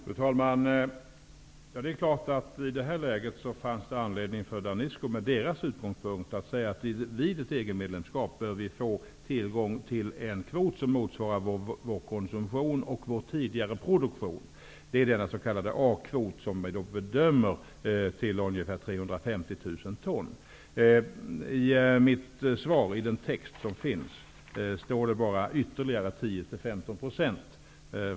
Fru talman! Det är klart att i det här läget fanns det anledning för Danisco att säga att man vid ett EG medlemskap bör få tillgång till en kvot som motsvarar vår konsumtion och vår tidigare produktion. Det är den s.k. a-kvot, som man bedömer till ca 350 000 ton. I mitt svar står det bara ''ytterligare 10--15 %''.